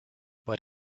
but